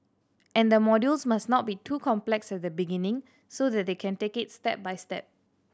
and the modules must not be too complex at the beginning so that they can take it step by step